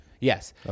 Yes